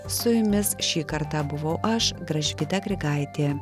su jumis šį kartą buvau aš gražvyda grigaitė